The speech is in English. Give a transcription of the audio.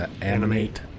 Animate